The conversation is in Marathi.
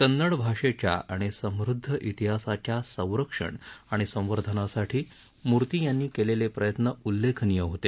कन्नड भाषेच्या आणि समृद्ध पीहासाच्या संरक्षण आणि संवर्धनासाठी मूर्ती यांनी केलेले प्रयत्न उल्लेखनीय होते